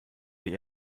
die